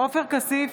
עופר כסיף,